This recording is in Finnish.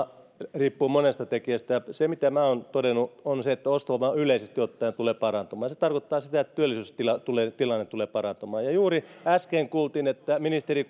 riippuu monesta tekijästä se mitä minä olen todennut on se että ostovoima yleisesti ottaen tulee parantumaan se tarkoittaa sitä että työllisyystilanne tulee parantumaan juuri äsken kuultiin ministeri